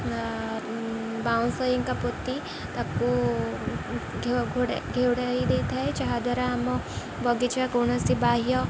ବାଉଁଶ ହେଇକା ପୋତି ତାକୁ ଘଉଡ଼ାଇ ଦେଇଥାଏ ଯାହାଦ୍ୱାରା ଆମ ବଗିଚାରେ କୌଣସି ବାହ୍ୟ